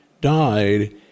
died